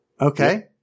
Okay